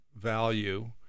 value